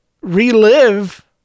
relive